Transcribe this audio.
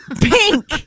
Pink